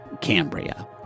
Cambria